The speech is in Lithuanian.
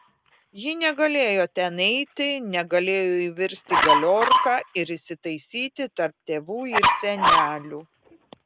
ji negalėjo ten eiti negalėjo įvirsti į galiorką ir įsitaisyti tarp tėvų ir senelių